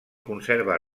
conserva